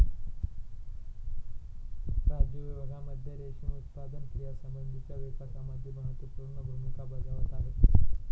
राज्य विभागांमध्ये रेशीम उत्पादन क्रियांसंबंधीच्या विकासामध्ये महत्त्वपूर्ण भूमिका बजावत आहे